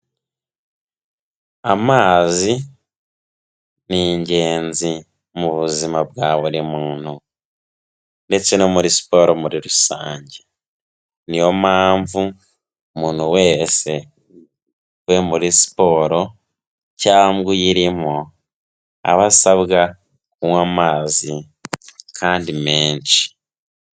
Amazi ni ingenzi mu buzima bwa buri muntu ndetse no muri siporo muri rusange, niyo mpamvu umuntu wese uvuye muri siporo cyangwa uyirimo, aba asabwa kunywa amazi kandi menshi.